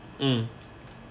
mm